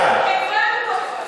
הבנו אותך.